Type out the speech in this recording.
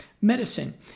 medicine